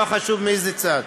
לא חשוב מאיזה צד.